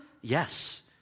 Yes